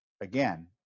again